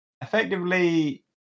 effectively